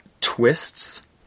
twists